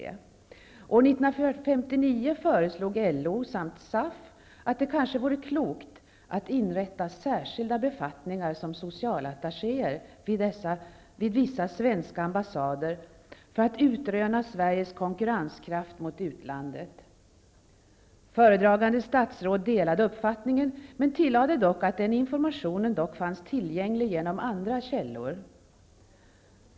År 1959 föreslog LO samt SAF att det kanske vore klokt att inrätta särskilda socialattachébefattningar vid vissa svenska ambassader för att utröna Sveriges konkurrenskraft mot utlandet. Föredragande statsråd delade uppfattningen men tillade dock att den informationen fanns tillgänglig genom andra källor.